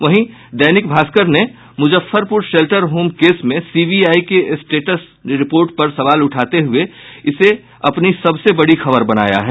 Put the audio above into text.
वहीं दैनिक भास्कर ने Muzaffarpur shelter home case में सीबीआई के स्टेटस रिपोर्ट पर सवाल उठाते हुए इसे अपनी सबसे बड़ी खबर बनाया है